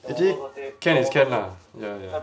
actually can is can lah ya ya